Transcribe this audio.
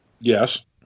Yes